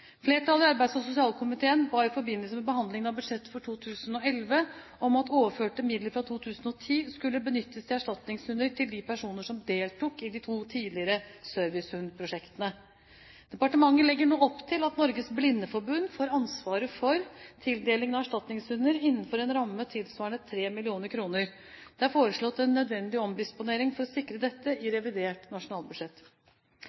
Flertallet i arbeids- og sosialkomiteen ba i forbindelse med behandlingen av budsjettet for 2011 om at overførte midler fra 2010 skulle benyttes til erstatningshunder til de personer som deltok i de to tidligere servicehundprosjektene. Departementet legger nå opp til at Norges Blindeforbund får ansvaret for tildeling av erstatningshunder innenfor en ramme tilsvarende 3 mill. kr. Det er foreslått en nødvendig omdisponering for å sikre dette i